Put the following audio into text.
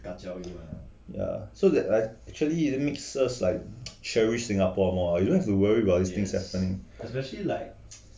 ya so that I actually it makes us like cherish singapore more you don't have to worry about these things happening